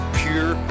pure